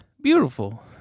Beautiful